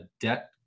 debt